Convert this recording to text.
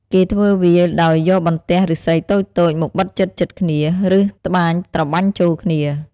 គេធ្វើវាដោយយកបន្ទះឫស្សីតូចៗមកបិទជិតៗគ្នា ឬត្បាញត្របាញ់ចូលគ្នា។